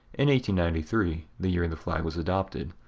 and ninety ninety three, the year and the flag was adopted,